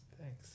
Thanks